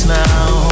now